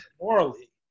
Morally